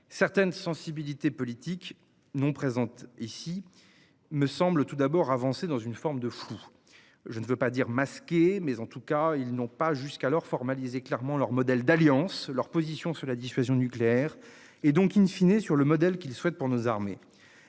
Certaines sensibilités politiques non présentes ici me semble tout d'abord avancé dans une forme de fou. Je ne veux pas dire masqué, mais en tout cas, ils n'ont pas, jusqu'alors formaliser clairement leur modèle d'alliance leur position sur la dissuasion nucléaire et donc in fine et sur le modèle qu'il souhaite pour nos armées,